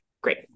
great